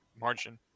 margin